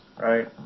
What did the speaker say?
right